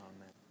Amen